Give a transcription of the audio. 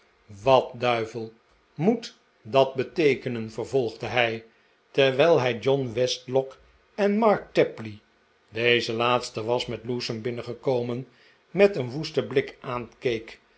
wat duivel moet dat beteekenen vervolgde hij terwijl hij john westlock en mark tapley deze laatste was met lewsome binnengekomen met een woesten blik aankeek